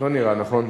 לא נראה, נכון?